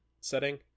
setting